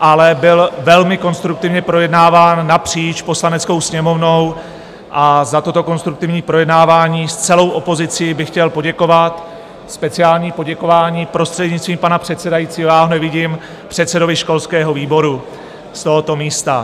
ale byl velmi konstruktivně projednáván napříč Poslaneckou sněmovnou, a za toto konstruktivní projednávání s celou opozicí bych chtěl poděkovat, speciální poděkování, prostřednictvím pana předsedajícího já ho nevidím předsedovi školského výboru z tohoto místa.